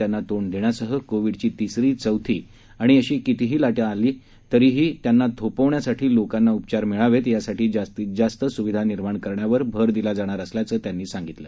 त्यांना तोंड देण्यासह कोविडची तिसरी चौथी आणि अशा कितीही लाटा आल्या तरीही त्यांना थोपविण्यासाठी लोकांना उपचार मिळावेत यासाठी जास्तीत जास्तीत सुविधा निर्माण करण्यावर भर दिला जाणार असल्याचं त्यांनी सांगितलं